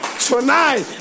Tonight